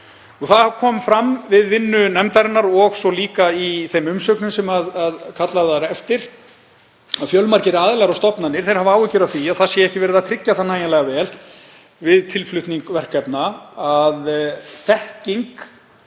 Það kom fram við vinnu nefndarinnar og líka í þeim umsögnum sem kallað var eftir að fjölmargir aðilar og stofnanir hafa áhyggjur af því að ekki sé verið að tryggja nægjanlega vel við tilflutning verkefna að þekking